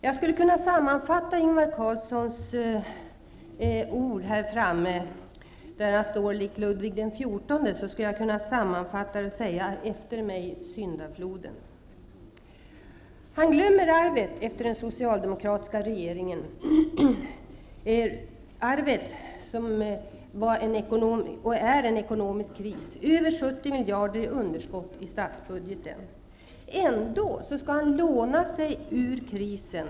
Jag skulle kunna sammanfatta Ingvar Carlssons resonemang här i dag genom att likna honom vid Ludvig XIV som sade: Efter mig syndafloden. Ingvar Carlsson glömmer arvet efter den socialdemokratiska regeringen, det arv som är en ekonomisk kris -- mer än 70 miljarder kronor i underskott i statsbudgeten. Trots detta vill han låna sig ur krisen.